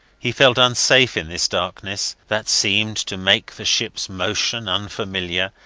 he felt unsafe in this darkness that seemed to make the ships motion unfamiliar,